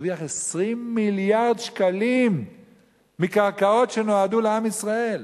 הרוויח 20 מיליארד שקלים מקרקעות שנועדו לעם ישראל.